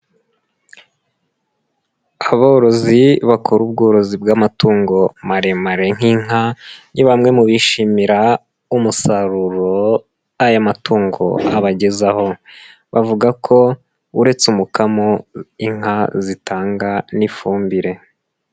Aborozi bakora ubworozi bw'amatungo maremare nk'inka, ni bamwe mu bishimira umusaruro aya matungo abagezaho, bavuga ko uretse umukamo, inka zitanga n'ifumbire.